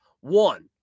one